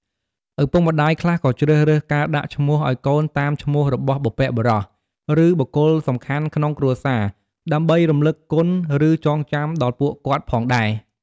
ឪពុកម្តាយខ្លះក៏ជ្រើសរើសការដាក់ឈ្មោះឲ្យកូនតាមឈ្មោះរបស់បុព្វបុរស ឬ បុគ្គលសំខាន់ក្នុងគ្រួសារ ដើម្បីរំលឹកគុណ ឬ ចងចាំដល់ពួកគាត់ផងដែរ។